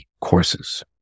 courses